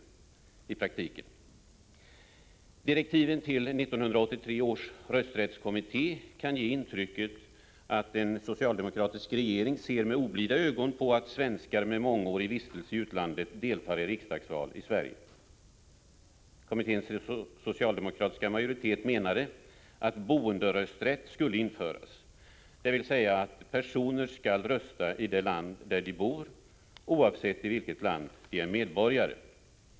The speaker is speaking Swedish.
Direktiven till 1983 års rösträttskommitté kan ge intrycket att en socialdemokratisk regering ser med oblida ögon på att svenskar med mångårig vistelse i utlandet deltar i riksdagsval i Sverige. Kommitténs socialdemokratiska majoritet menade att boenderösträtt skulle införas, dvs. att personer skall rösta i det land där de bor oavsett i vilket land de är medborgare.